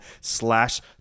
slash